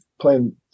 playing